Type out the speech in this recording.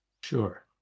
Sure